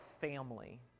family